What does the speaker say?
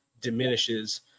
diminishes